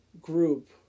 group